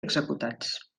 executats